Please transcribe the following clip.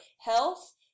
health